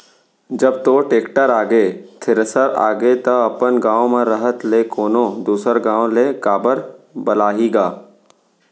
जब तोर टेक्टर आगे, थेरेसर आगे त अपन गॉंव म रहत ले कोनों दूसर गॉंव ले काबर बलाही गा?